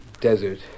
desert